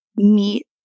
meet